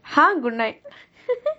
!huh! good night